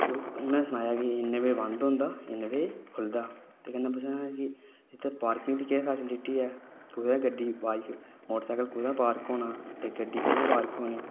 उ'नें सनाया कि इन्ने बजे बदं होंदा ते इन्ने बजे खु'लदा ते में इत्थै पारकिंग दी केह् फेसलिटी ऐ गड्डी बाइक मोटरसाइकल कुत्थै पार्क होना गड्डी कुत्थै पार्क होनी